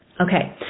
Okay